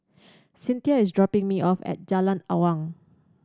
Cyntha is dropping me off at Jalan Awang